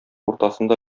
уртасында